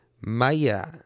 Maya